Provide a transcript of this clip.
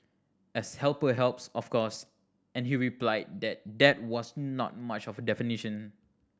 as helper helps of course and he replied that that was not much of a definition